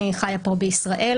אני חיה פה בישראל,